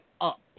up